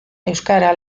euskara